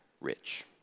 rich